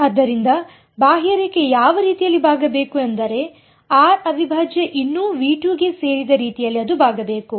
ಆದ್ದರಿಂದ ಬಾಹ್ಯರೇಖೆ ಯಾವ ರೀತಿಯಲ್ಲಿ ಬಾಗಬೇಕು ಅಂದರೆ ಆರ್ ಅವಿಭಾಜ್ಯ ಇನ್ನೂ ಗೆ ಸೇರಿದ ರೀತಿಯಲ್ಲಿ ಅದು ಬಾಗಬೇಕು